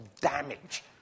damage